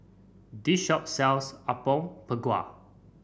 this shop sells Apom Berkuah